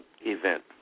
event